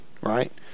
right